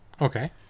Okay